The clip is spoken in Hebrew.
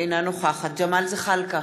אינה נוכחת ג'מאל זחאלקה,